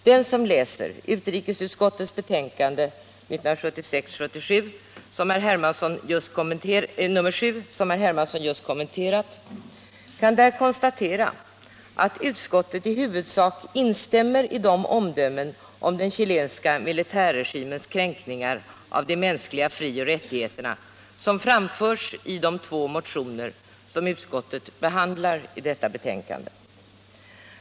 Den som läser utrikesutskottets betänkande 1976/77:7, som herr Hermansson just kommenterat, kan där konstatera att utskottet i huvudsak instämmer i de omdömen om den chilenska militärregimens kränkningar av de mänskliga fri och rättigheterna som framförs i de två motioner som utskottet behandlar i detta betänkande.